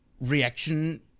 reaction